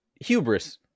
hubris